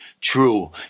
true